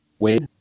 Wait